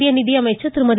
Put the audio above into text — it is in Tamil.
மக்கிய நிதியமைச்சர் திருமதி